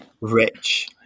Rich